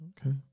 okay